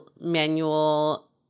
manual